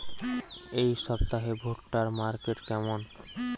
এই সপ্তাহে ভুট্টার মার্কেট কেমন?